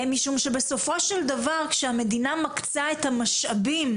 משום שבסופו של דבר כשהמדינה מקצה את המשאבים,